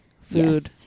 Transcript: food